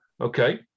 Okay